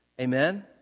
Amen